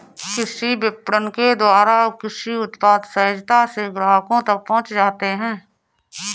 कृषि विपणन के द्वारा कृषि उत्पाद सहजता से ग्राहकों तक पहुंच जाते हैं